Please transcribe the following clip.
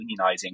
unionizing